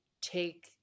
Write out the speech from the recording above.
take